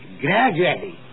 gradually